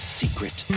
Secret